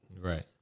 Right